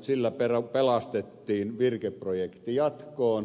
sillä pelastettiin virke projekti jatkoon